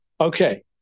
Okay